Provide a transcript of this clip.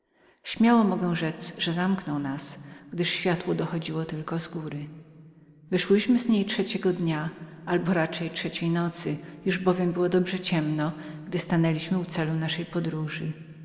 śmiało mogę rzec że zamknął nas gdyż światło dochodziło tylko z góry wyszłyśmy z niej trzeciego dnia albo raczej trzeciej nocy już bowiem było dobrze późno gdy stanęliśmy u celu naszej podróży